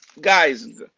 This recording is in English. Guys